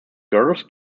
girls